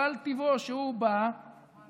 גל, טבעו שהוא בא והולך,